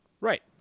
right